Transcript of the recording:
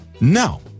No